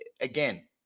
again